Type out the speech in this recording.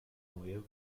neue